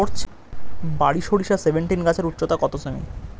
বারি সরিষা সেভেনটিন গাছের উচ্চতা কত সেমি?